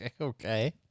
Okay